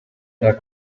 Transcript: era